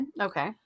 Okay